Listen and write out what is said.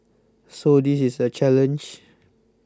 so this is a challenge